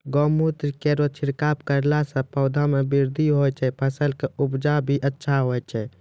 गौमूत्र केरो छिड़काव करला से पौधा मे बृद्धि होय छै फसल के उपजे भी अच्छा होय छै?